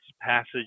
passage